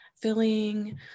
filling